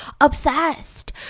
obsessed